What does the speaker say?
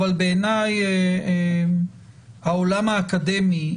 אבל בעיני העולם האקדמי,